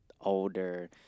older